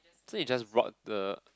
so you just brought the